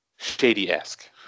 Shady-esque